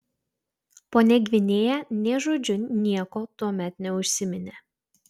ponia gvinėja nė žodžiu nieko tuomet neužsiminė